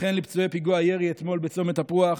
וכן לפצועי פיגוע הירי אתמול בצומת תפוח.